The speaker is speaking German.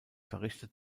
verrichtet